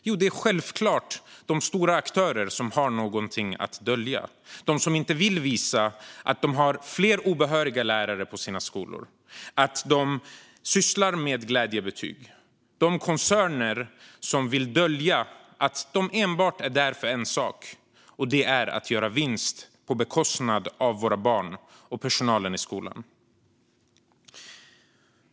Jo, det är självklart de stora aktörer som har någonting att dölja - de som inte vill visa att de har fler obehöriga lärare på sina skolor och att de sysslar med glädjebetyg. Det är de koncerner som vill dölja att de enbart är där för en sak: att de vill göra vinst på bekostnad av våra barn och personalen i skolan.